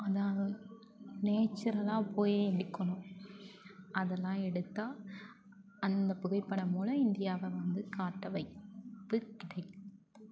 அதுதான் நேச்சுரலாக போய் எடுக்கணும் அதெல்லாம் எடுத்தால் அந்த புகைப்படம் மூலம் இந்தியாவை வந்து காட்ட வைத்து கிடைத்து